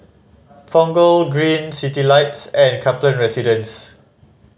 Punggol Green Citylights and Kaplan Residence